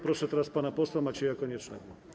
Proszę teraz pana posła Macieja Koniecznego.